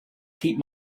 keep